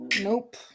Nope